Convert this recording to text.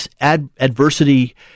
adversity